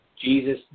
Jesus